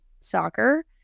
soccer